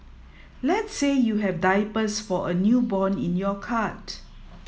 let's say you have diapers for a newborn in your cart